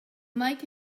make